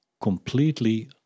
completely